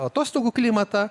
atostogų klimatą